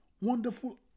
wonderful